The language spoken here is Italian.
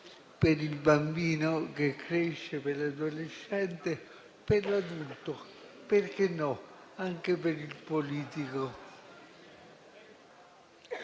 per il bambino che cresce, per l'adolescente, per l'adulto e, perché no, anche per il politico.